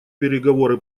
переговоры